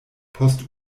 post